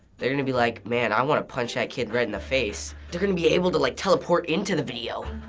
they're gonna be like, man, i want to punch that kid right in the face. they're gonna be able to like teleport into the video!